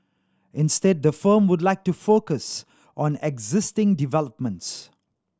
instead the firm would like to focus on existing developments